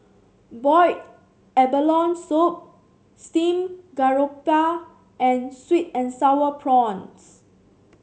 Boiled Abalone Soup Steamed Garoupa and sweet and sour prawns